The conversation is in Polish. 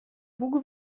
bóg